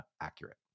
accurate